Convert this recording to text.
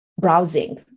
browsing